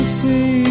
see